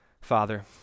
Father